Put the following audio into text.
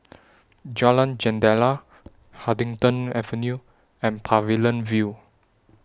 Jalan Jendela Huddington Avenue and Pavilion View